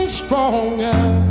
stronger